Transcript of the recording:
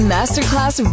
Masterclass